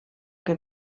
que